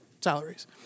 salaries